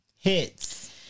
Hits